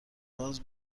گاز